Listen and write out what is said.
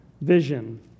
vision